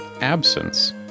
absence